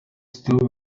still